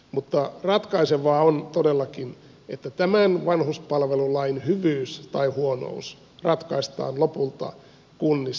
mutta ratkaisevaa on todellakin että tämän vanhuspalvelulain hyvyys tai huonous ratkaistaan lopulta kunnissa